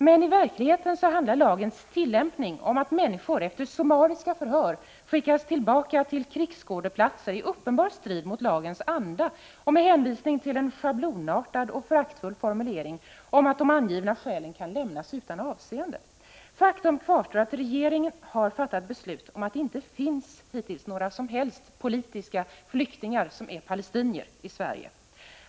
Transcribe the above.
Men i verkligheten handlar lagens tillämpning om att människor efter summariska förhör skickas tillbaka till krigsskådeplatser, i uppenbar strid mot lagens anda och med hänvisning till en schablonartad och föraktfull formulering om att de angivna skälen kan lämnas utan avseende. Faktum kvarstår: Regeringen har fattat beslut om att det hittills inte har funnits några palestinier i Sverige som är politiska flyktingar.